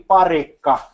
Parikka